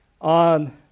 on